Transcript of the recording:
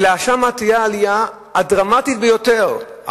אלא שם תהיה העלייה הדרמטית ביותר,